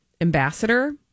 ambassador